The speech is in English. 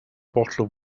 bottle